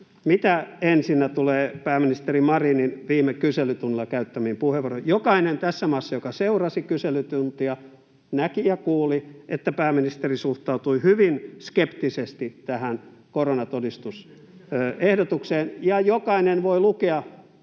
mitä tulee pääministeri Marinin viime kyselytunnilla käyttämiin puheenvuoroihin, niin tässä maassa jokainen, joka seurasi kyselytuntia, näki ja kuuli, että pääministeri suhtautui hyvin skeptisesti tähän koronatodistusehdotukseen, ja jokainen voi lukea,